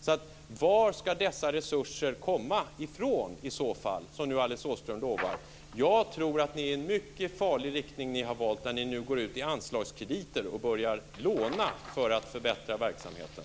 Så var ska dessa resurser, som nu Alice Åström lovar, i så fall komma ifrån? Jag tror att det är en mycket farlig riktning ni har valt när ni nu använder anslagskrediter och börjar låna för att förbättra verksamheten.